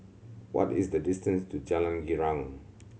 what is the distance to Jalan Girang